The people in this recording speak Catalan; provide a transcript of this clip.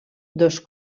dos